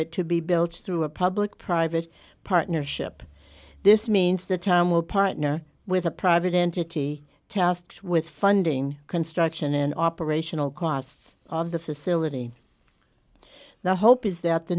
it to be built through a public private partnership this means the time will partner with a private entity tasked with funding construction and operational costs of the facility the hope is that the